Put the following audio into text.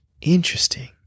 Interesting